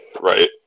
Right